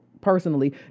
personally